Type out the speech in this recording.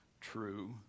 true